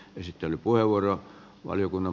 arvoisa puhemies